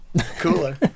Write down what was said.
Cooler